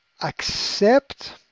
Accept